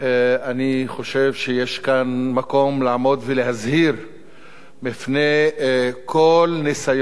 אני חושב שיש כאן מקום לעמוד ולהזהיר מפני כל ניסיון